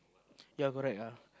yeah correct ah